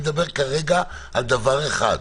אני מדבר כרגע על דבר אחד.